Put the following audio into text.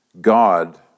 God